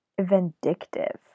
vindictive